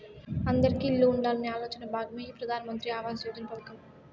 అందిరికీ ఇల్లు ఉండాలనే ఆలోచనలో భాగమే ఈ ప్రధాన్ మంత్రి ఆవాస్ యోజన పథకం